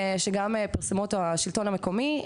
שגם פרסם השלטון המקומי,